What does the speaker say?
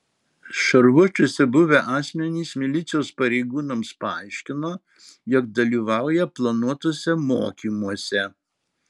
šarvuočiuose buvę asmenys milicijos pareigūnams paaiškino jog dalyvauja planuotuose mokymuose